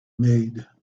made